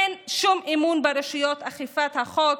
אין שום אמון ברשויות אכיפת החוק,